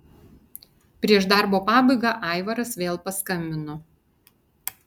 prieš darbo pabaigą aivaras vėl paskambino